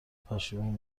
پشیمون